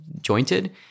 jointed